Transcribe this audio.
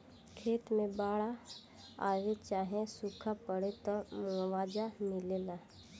खेत मे बाड़ आवे चाहे सूखा पड़े, त मुआवजा मिलेला